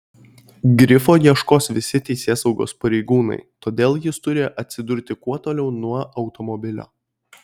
grifo ieškos visi teisėsaugos pareigūnai todėl jis turi atsidurti kuo toliau nuo automobilio